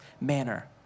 manner